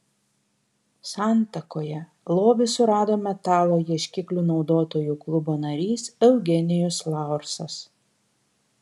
santakoje lobį surado metalo ieškiklių naudotojų klubo narys eugenijus laursas